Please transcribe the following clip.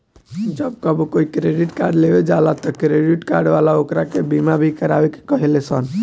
जब कबो कोई क्रेडिट कार्ड लेवे जाला त क्रेडिट कार्ड वाला ओकरा के बीमा भी करावे के कहे लसन